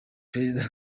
perezida